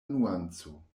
nuanco